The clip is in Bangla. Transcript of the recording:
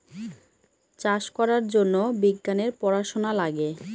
চাষ করার জন্য বিজ্ঞানের পড়াশোনা লাগে